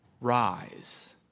rise